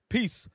Peace